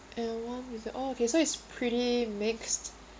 and one with oh okay so it's pretty mixed